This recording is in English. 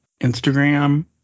Instagram